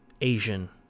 Asian